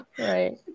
Right